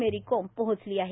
मेरीकोम पोहोचली आहे